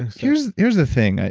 and here's here's the thing.